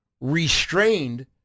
restrained